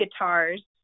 guitars